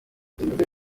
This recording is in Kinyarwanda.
tumeze